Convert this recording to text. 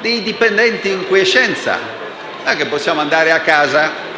per i dipendenti in quiescenza. Non possiamo andare a casa